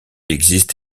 existe